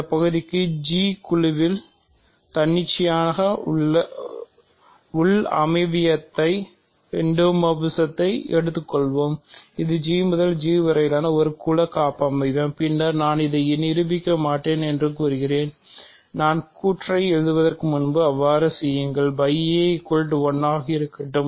இந்த பகுதிக்கு G குழுவின் தன்னிச்சையான உள் அமைவியத்தை1 ஆக எடுத்துக்கொள்கிறேன் 1 ஆக இருக்கட்டும்